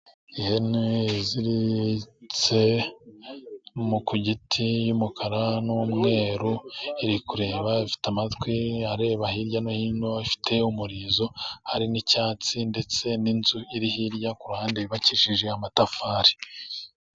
Ihene iziritse ku giti y'umukara n'umweru iri kureba ifite amatwi areba hirya no hino ifite umurizo hari n'icyatsi ndetse n'inzu iri hirya kururuhande yubakijije amatafari.